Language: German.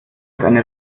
eine